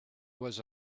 was